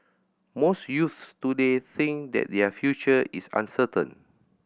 most youths today think that their future is uncertain